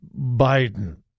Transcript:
Biden